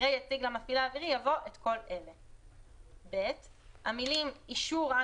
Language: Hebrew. אחרי "הציג למפעיל האווירי" יבוא "את כל אלה:"; המילים "אישור על